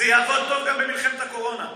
זה יעבוד טוב גם במלחמת הקורונה.